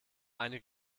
eine